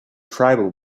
tribal